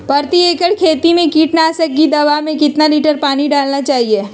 प्रति एकड़ खेती में कीटनाशक की दवा में कितना लीटर पानी डालना चाइए?